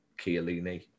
Chiellini